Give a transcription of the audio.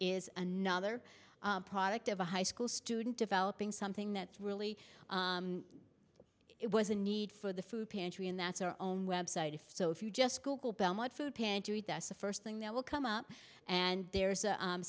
is another product of a high school student developing something that's really it was a need for the food pantry and that's our own website if so if you just google belmont food pantry the first thing that will come up and there's a